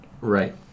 right